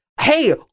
hey